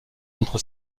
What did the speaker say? entre